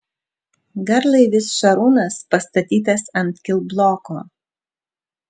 garlaivis šarūnas pastatytas ant kilbloko